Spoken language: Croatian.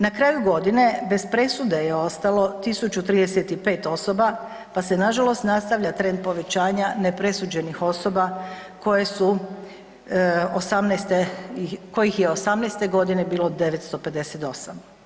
Na kraju godine, bez presude je ostalo 1035 osoba, pa se nažalost nastavlja trend povećanja nepresuđenih osoba koje su '18., kojih je '18. g. bilo 958.